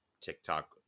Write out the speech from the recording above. TikTok